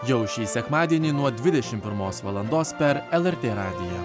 jau šį sekmadienį nuo dvidešim pirmos valandos per lrt radiją